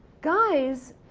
guys,